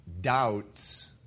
Doubts